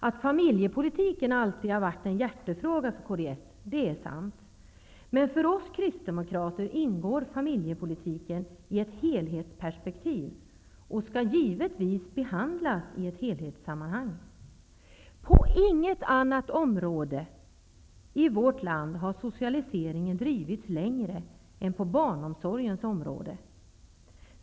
Att familjepolitiken alltid har varit en hjärtefråga för kds är sant, men för oss kristdemokrater ingår familjepolitiken i ett helhetsperspektiv och skall givetvis behandlas i ett helhetssammanhang. På inget annat område i vårt land har socialiseringen drivits längre än på barnomsorgens område.